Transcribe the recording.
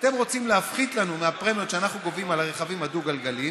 אתם רוצים להפחית לנו מהפרמיות שאנחנו גובים על הרכבים הדו-גלגליים,